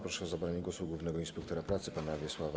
Proszę o zabranie głosu głównego inspektora pracy pana Wiesława